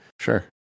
Sure